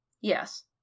Yes